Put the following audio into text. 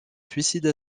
suicide